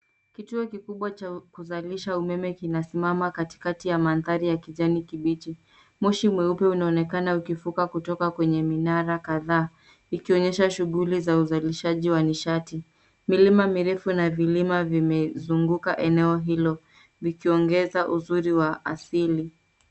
Kituo kikubwa cha kuzalisha umeme kinasimama katikati ya mandhari ya kijani kibichi. Moshi mweupe unaonekana ukivuka kutoka kwenye minara kadhaa ukionyesha shughuli za uzalishaji wa nishati. Milima mirefu na vilima vimezunguka eneo hilo vikiongeza uzuri wa asili.